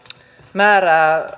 määrää